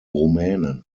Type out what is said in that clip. rumänen